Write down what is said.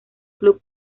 club